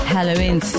Halloween